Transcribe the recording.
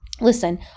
listen